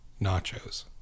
Nachos